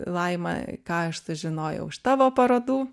laima ką aš sužinojau iš tavo parodų